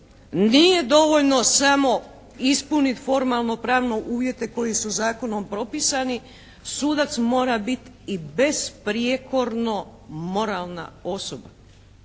nije dovoljno samo ispunit formalno pravne uvjete koji su zakonom propisani. Sudac mora bit i besprijekorno moralna osoba.